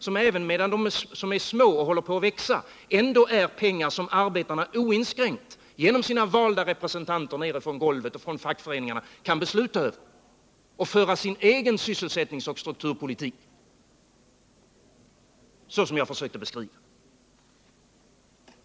I det senare fallet rör det sig om fonder som även medan de är små håller på att växa och ändå består av pengar som arbetarna oinskränkt, genom sina valda representanter nere på golvet och från fackföreningarna, kan besluta över och använda för att föra sin egen sysselsättningsoch strukturpolitik, såsom jag försökte beskriva.